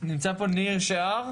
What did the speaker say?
פה ניר שער